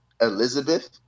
Elizabeth